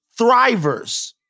thrivers